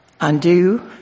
undo